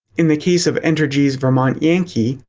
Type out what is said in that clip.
in the case of entergy's vermont yankee,